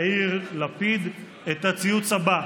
יאיר לפיד את הציוץ הבא: